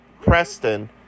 Preston